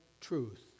truth